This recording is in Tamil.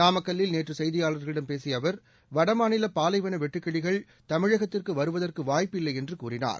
நாமக்கல்லில் நேற்று செய்தியாளர்களிடம் பேசிய அவர் வடமாநில பாலைவன வெட்டுக்கிளிகள் தமிழகத்திற்கு வருவதற்கு வாய்ப்பு இல்லை என்று கூறினார்